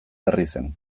berrizen